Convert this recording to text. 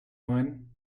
line